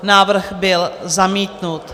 Návrh byl zamítnut.